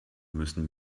müssen